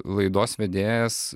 laidos vedėjas